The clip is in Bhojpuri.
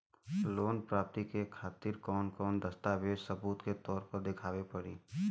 लोन प्राप्ति के खातिर कौन कौन दस्तावेज सबूत के तौर पर देखावे परी?